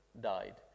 died